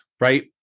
right